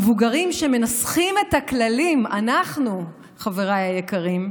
המבוגרים שמנסחים את הכללים, אנחנו, חבריי היקרים,